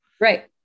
Right